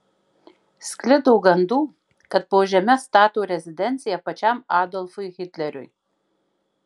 sklido gandų kad po žeme stato rezidenciją pačiam adolfui hitleriui